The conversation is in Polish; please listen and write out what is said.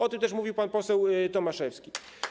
O tym też mówił pan poseł Tomaszewski.